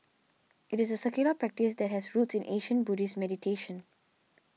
it is a secular practice that has roots in ancient Buddhist meditation